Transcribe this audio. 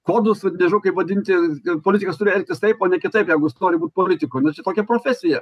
kodus nežinau kaip vadinti ir politikas turi elgtis taip o ne kitaip jeigu jis nori būt politiku na čia tokia profesija